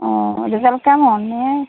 ও result কেমন ও